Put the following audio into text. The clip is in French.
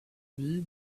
vie